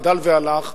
גדל והלך,